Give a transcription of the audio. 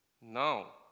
Now